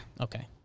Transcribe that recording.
Okay